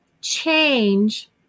change